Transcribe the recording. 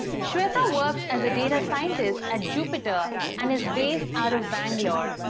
shweta works as a data scientist at jupiter, and is based out of bangalore,